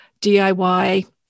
DIY